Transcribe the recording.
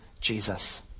Jesus